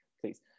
please